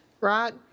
right